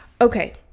okay